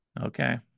Okay